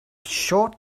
short